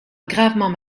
gravement